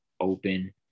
open